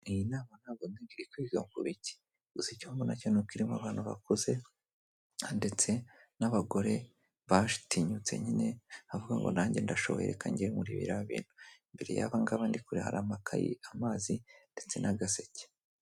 Iyi nama ntabwo ntabwo nzi ngo iri kwiga ku biki. Gusa icyo mbona cyo ni uko irimo abantu bakuze, ndetse n'abagore batinyutse nyine, bavuga ngo nanjye ndashoboye reka njye muri biriya bintu. Imbere y'abangaba ndi kureba, hari amakayi, amazi, ndetse n'agaseke.